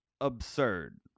absurd